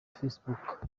facebook